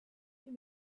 you